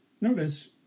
Notice